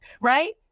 right